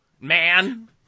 man